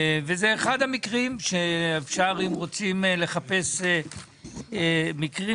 זה אחד המקרים שאם רוצים לחפש מקרים